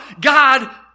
God